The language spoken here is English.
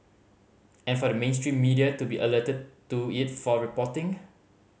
and for the mainstream media to be alerted to it for reporting